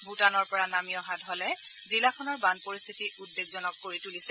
ভূটানৰ পৰা নামি অহা ঢলে জিলাখনৰ বান পৰিস্থিতি উদ্বেগজনক কৰি তুলিছে